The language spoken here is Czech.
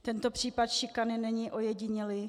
Tento případ šikany není ojedinělý.